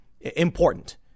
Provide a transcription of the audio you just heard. important